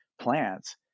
plants